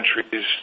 countries